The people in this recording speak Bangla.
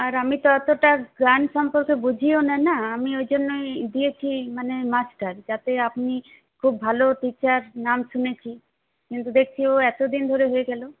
আর আমি তো অতোটা গান সম্পর্কে বুঝিও না না আমি ওই জন্যই দিয়েছি মানে মাস্টার যাতে আপনি খুব ভালো টিচার নাম শুনেছি কিন্তু দেখছি ও এতদিন ধরে হয়ে গেলো